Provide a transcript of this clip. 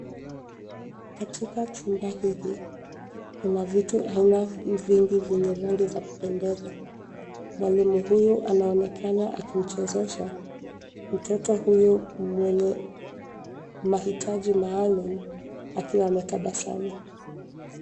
Katika chumba hiki kuna vitu aina vingi vyenye rangi za kupendeza. Mwalimu huyo anaonekana akimchezesha mtoto huyo mwenye mahitaji maalum akiwa ametabasamu.